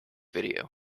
video